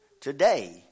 today